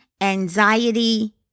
anxiety